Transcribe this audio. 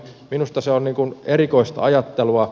minusta se on erikoista ajattelua